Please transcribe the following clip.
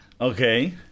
Okay